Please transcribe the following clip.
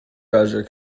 browser